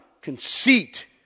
conceit